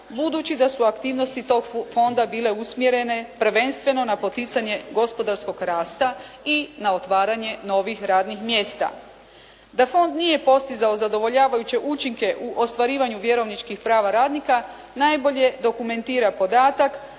budući da su aktivnosti tog fonda bile usmjerene prvenstveno na poticanje gospodarskog rasta i na otvaranje novih radnih mjesta. Da fond nije postizao zadovoljavajuće učinke u ostvarivanju vjerovničkih prava radnika najbolje dokumentira podatak,